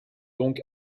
donc